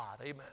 amen